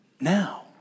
now